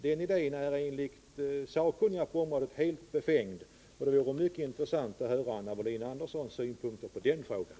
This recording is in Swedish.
Den idén är enligt sakkunniga på området helt befängd. Det vore därför mycket intressant att höra Anna Wohlin-Anderssons synpunkter på den frågan.